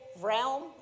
realm